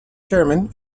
chairman